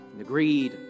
agreed